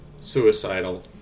suicidal